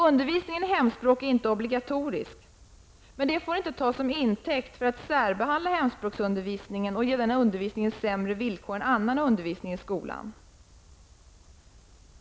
Undervisningen i hemspråk är inte obligatorisk. Men det får inte tas som intäkt för att särbehandla hemspråksundervisningen och ge den sämre villkor än annan undervisning i skolan.